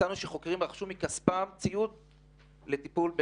ונמצא כי חוקרים רכשו ציוד מכספם כדי שיוכלו